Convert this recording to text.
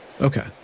Okay